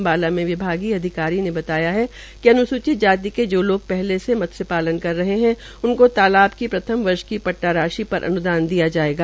अम्बाला में विभागीय अधिकारी ने बताया कि अन्सूचित जाति के जो लोग पहले से मत्स्य पालन कर रहे हे उनकों तालाब की प्रथम की वर्ष की पट्ट व राशि पर अनुदान दिया जायेगा